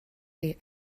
chi